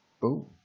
Boom